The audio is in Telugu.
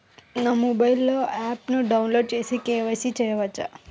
నా మొబైల్లో ఆప్ను డౌన్లోడ్ చేసి కే.వై.సి చేయచ్చా?